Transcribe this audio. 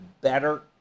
better